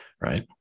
right